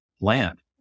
land